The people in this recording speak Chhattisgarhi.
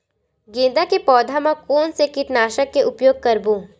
गेंदा के पौधा म कोन से कीटनाशक के उपयोग करबो?